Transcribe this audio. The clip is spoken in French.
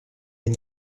une